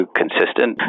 consistent